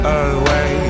away